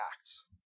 acts